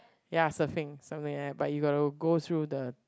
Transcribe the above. ya surfing something like that but you got to go through the